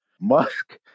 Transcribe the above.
Musk